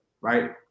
right